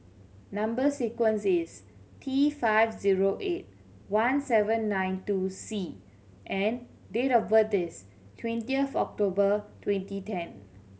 number sequence is T five zero eight one seven nine two C and date of birth is twentieth October twenty ten